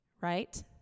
right